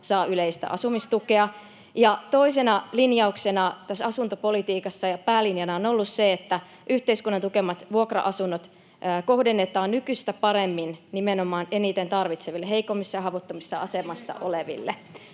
ja toisena linjauksena ja päälinjana tässä asuntopolitiikassa on ollut se, että yhteiskunnan tukemat vuokra-asunnot kohdennetaan nykyistä paremmin nimenomaan eniten tarvitseville, heikommassa ja haavoittuvassa asemassa oleville.